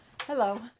Hello